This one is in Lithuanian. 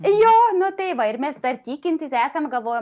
jo nu tai va ir mes per tikintys esam galvojom